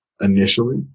initially